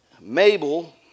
Mabel